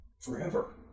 forever